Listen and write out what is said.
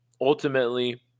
ultimately